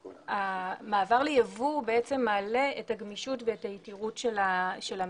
המעבר ליבוא בעצם מעלה את הגמישות ואת היתירות של המשק.